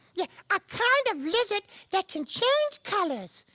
yeah. a kind of lizard that can change colors.